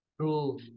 True